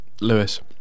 Lewis